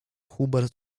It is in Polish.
hubert